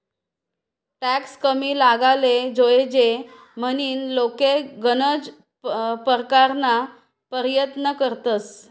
tax कमी लागाले जोयजे म्हनीन लोके गनज परकारना परयत्न करतंस